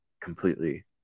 completely